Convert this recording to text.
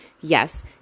yes